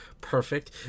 perfect